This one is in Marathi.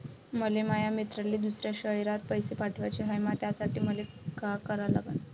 मले माया मित्राले दुसऱ्या शयरात पैसे पाठवाचे हाय, त्यासाठी मले का करा लागन?